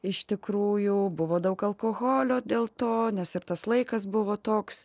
iš tikrųjų buvo daug alkoholio dėl to nes ir tas laikas buvo toks